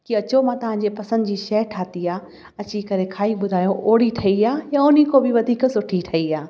कि अचो मां तव्हां जे पसंदि जी शइ ठाही आहे अची करे खाई ॿुधायो ओड़ी ठही आहे या उन खां बि वधीक सुठी ठही आहे